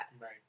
Right